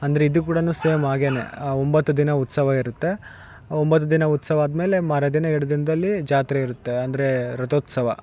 ಅಂದರೆ ಇದು ಕೂಡ ಸೇಮ್ ಹಾಗೇನೆ ಆ ಒಂಬತ್ತು ದಿನ ಉತ್ಸವ ಇರುತ್ತೆ ಒಂಬತ್ತು ದಿನ ಉತ್ಸವ ಆದ್ಮೇಲೆ ಮಾರನೆ ದಿನ ಎರಡು ದಿನದಲ್ಲಿ ಜಾತ್ರೆ ಇರುತ್ತೆ ಅಂದರೆ ರಥೋತ್ಸವ